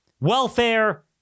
welfare